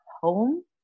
home